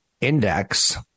index